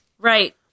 Right